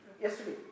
yesterday